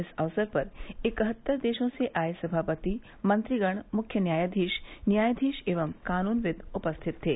इस अवसर पर इकहत्तर देशों से आये सभापति मंत्रीगण मुख्य न्यायाधीश न्यायाधीश एवं कानूनविद् उपस्थित थे